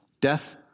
Death